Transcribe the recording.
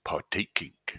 partaking